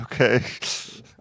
Okay